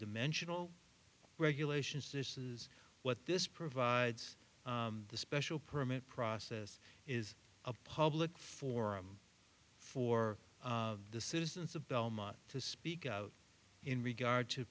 mentionable regulations this is what this provides the special permit process is a public forum for the citizens of belmont to speak out in regard to